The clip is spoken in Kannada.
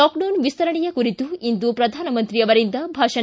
ಲಾಕ್ಡೌನ್ ವಿಸ್ತರಣೆಯ ಕುರಿತು ಇಂದು ಪ್ರಧಾನಮಂತ್ರಿ ಅವರಿಂದ ಭಾಷಣ